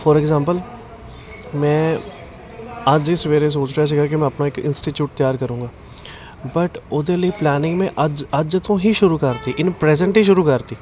four example ਮੈਂ ਅੱਜ ਸਵੇਰੇ ਸੋਚ ਰਿਹਾ ਸੀਗਾ ਕਿ ਮੈਂ ਆਪਣਾ ਇੱਕ ਇੰਸਟੀਚਿਊਟ ਤਿਆਰ ਕਰੂੰਗਾ ਬਟ ਉਹਦੇ ਲਈ ਪਲੈਨਿੰਗ ਮੈਂ ਅੱਜ ਅੱਜ ਤੋਂ ਹੀ ਸ਼ੁਰੂ ਕਰਤੀ ਇੰਨ ਪ੍ਰੈਜੈਂਟ ਹੀ ਸ਼ੁਰੂ ਕਰਤੀ